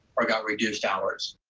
or got reduced hours.